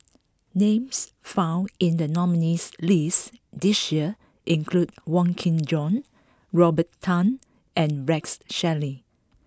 names found in the nominees' list this year include Wong Kin Jong Robert Tan and Rex Shelley